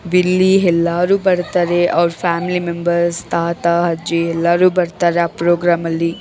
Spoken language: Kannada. ವಿಲ್ಲಿ ಎಲ್ಲಾರು ಬರ್ತಾರೆ ಅವ್ರ ಫ್ಯಾಮ್ಲಿ ಮೆಂಬರ್ಸ್ ತಾತ ಅಜ್ಜಿ ಎಲ್ಲರು ಬರ್ತಾರೆ ಆ ಪ್ರೋಗ್ರಾಮಲ್ಲಿ